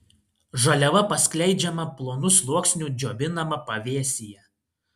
žaliava paskleidžiama plonu sluoksniu džiovinama pavėsyje